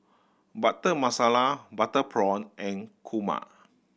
Butter Masala butter prawn and kurma